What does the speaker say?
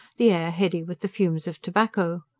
the air heady with the fumes of tobacco.